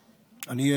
אני,